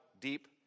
deep